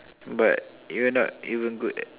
but you're not even good at